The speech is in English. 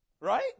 right